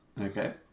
Okay